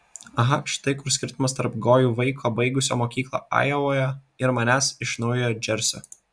aha štai kur skirtumas tarp gojų vaiko baigusio mokyklą ajovoje ir manęs iš naujojo džersio